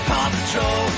Patrol